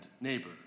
neighbor